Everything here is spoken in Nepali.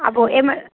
अब एमआर